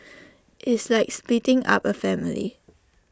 it's like splitting up A family